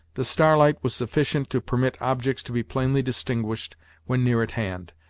the starlight was sufficient to permit objects to be plainly distinguished when near at hand,